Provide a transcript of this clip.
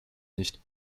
nicht